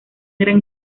gran